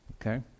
Okay